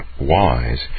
wise